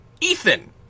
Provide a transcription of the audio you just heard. Ethan